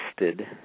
listed